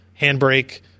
Handbrake